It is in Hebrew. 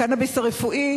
בקנאביס הרפואי,